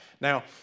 Now